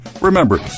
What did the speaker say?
Remember